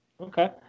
Okay